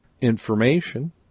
information